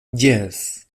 jes